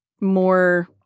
more